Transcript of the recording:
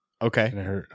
Okay